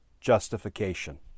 justification